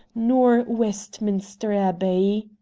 nor westminster abbey.